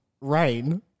rain